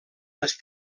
les